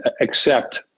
accept